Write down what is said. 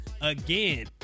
again